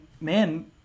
man